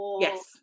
Yes